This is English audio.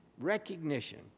recognition